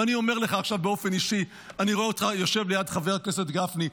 ואני אומר לך עכשיו באופן אישי: אני רואה אותך יושב ליד חבר הכנסת גפני,